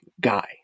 guy